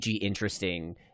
interesting